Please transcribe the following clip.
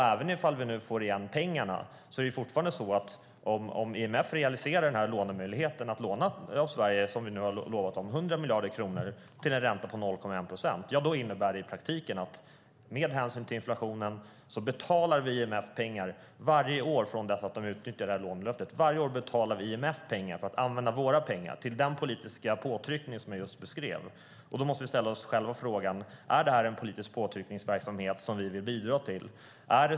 Även om vi får igen pengarna är det fortfarande så att om IMF realiserar den här möjligheten att låna av Sverige - vi har lovat dem 100 miljarder kronor till en ränta på 0,1 procent - innebär det i praktiken att med hänsyn till inflationen betalar vi IMF pengar varje år från det att de utnyttjar det här lånelöftet. Vi betalar IMF pengar varje år för att de ska använda våra pengar till den politiska påtryckning som jag just beskrev. Då måste vi ställa oss själva frågan: Är detta en politisk påtryckningsverksamhet som vi vill bidra till?